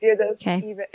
Okay